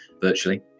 virtually